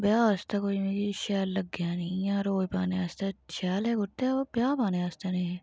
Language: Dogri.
ब्याह् आस्तै कोई मिगी शैल लग्गेआ निं इ'यां रोज पाने आस्तै शैल हे कुरते बा ब्याह् पाने आस्तै नहे